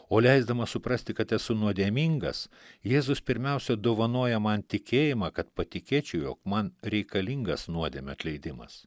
o leisdamas suprasti kad esu nuodėmingas jėzus pirmiausia dovanoja man tikėjimą kad patikėčiau jog man reikalingas nuodėmių atleidimas